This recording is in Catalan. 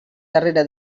darrere